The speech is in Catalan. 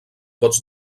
vots